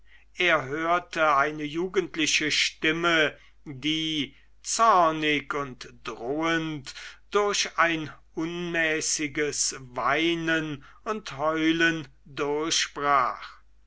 er hörte eine jugendliche stimme die zornig und drohend durch ein unmäßiges weinen und heulen durchbrach